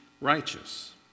righteous